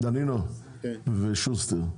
דנינו ושוסטר,